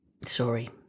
Sorry